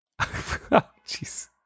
Jeez